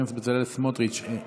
חבר הכנסת בצלאל סמוטריץ' הוא פה.